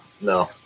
no